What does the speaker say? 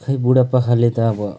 खै बुढा पाकाले त अब